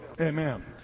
Amen